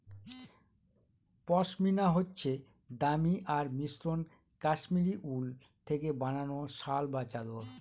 পশমিনা হচ্ছে দামি আর মসৃণ কাশ্মীরি উল থেকে বানানো শাল বা চাদর